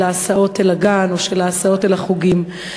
ההסעות אל הגן או של ההסעות אל החוגים.